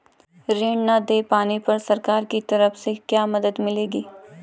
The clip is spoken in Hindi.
ऋण न दें पाने पर सरकार की तरफ से क्या मदद मिलेगी?